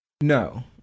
No